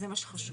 זה מה שחשוב.